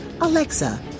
Alexa